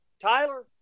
Tyler